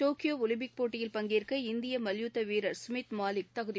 Tokyo Olympic போட்டியில் பங்கேற்க இந்திய மல்யுத்த வீரர் சுமித் மாலிக் தகுதி